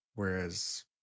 Whereas